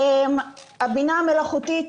בינה מלאכותית